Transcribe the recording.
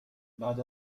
بعد